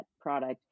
product